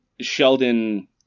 Sheldon